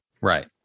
Right